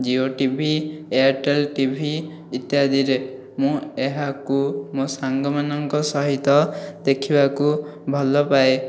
Jio TV Airtel TV ଇତ୍ୟାଦିରେ ମୁଁ ଏହାକୁ ମୋ ସାଙ୍ଗମାନଙ୍କ ସହିତ ଦେଖିବାକୁ ଭଲପାଏ